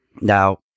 Now